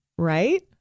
Right